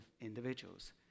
individuals